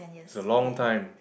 it's a long time